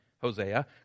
Hosea